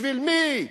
בשביל מי?